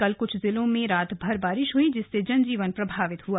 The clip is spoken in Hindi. कल कुछ जिलों में रातभर बारिश हुई जिससे जनजीवन प्रभावित हुआ